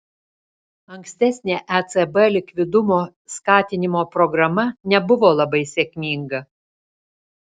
ankstesnė ecb likvidumo skatinimo programa nebuvo labai sėkminga